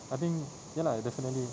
I think ya lah definitely